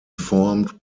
formed